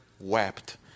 wept